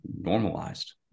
normalized